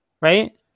Right